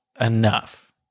enough